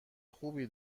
خوبی